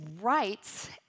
rights